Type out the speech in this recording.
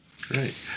Great